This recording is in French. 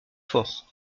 fort